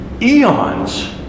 eons